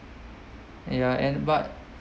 ya and but